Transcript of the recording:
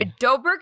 Dobrik